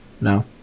No